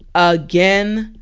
again